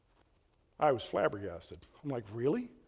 i was flabbergasted. i'm like, really?